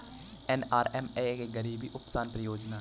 NRLM एक गरीबी उपशमन परियोजना है